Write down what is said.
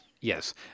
Yes